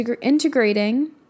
integrating